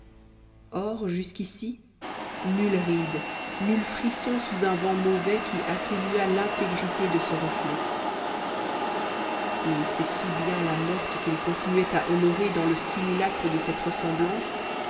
or jusqu'ici nulle ride nul frisson sous un vent mauvais qui atténuât l'intégrité de ce reflet et c'est si bien la morte qu'il continuait à honorer dans le simulacre de cette ressemblance